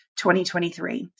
2023